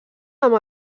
amb